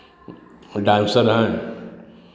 dancer हैं